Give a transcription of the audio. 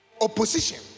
opposition